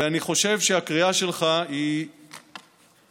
אני חושב שהקריאה שלך היא עוד